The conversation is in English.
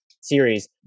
series